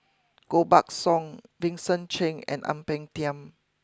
Koh Buck Song Vincent Cheng and Ang Peng Tiam